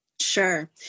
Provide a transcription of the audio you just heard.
Sure